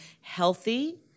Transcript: healthy